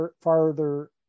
farther